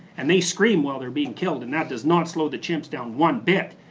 and they scream while they're being killed, and that does not slow the chimps down one bit.